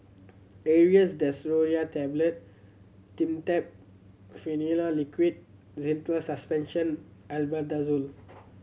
Aerius DesloratadineTablet Dimetapp Phenylephrine Liquid Zental Suspension Albendazole